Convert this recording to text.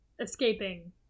Escaping